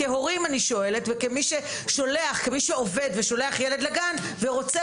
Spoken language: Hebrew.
כהורים אני שואלת וכמי שעובד ושולח את הילד לגן ורוצה